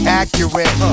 accurate